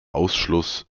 ausschluss